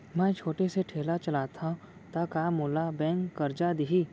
मैं छोटे से ठेला चलाथव त का मोला बैंक करजा दिही?